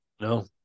no